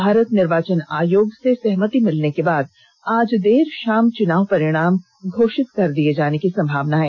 भारत निर्वाचन आयोग से सहमति मिलने के बाद आज देर शाम चुनाव परिणाम घोषित कर दिये जाने की संभावना है